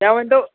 مےٚ ؤنۍتَو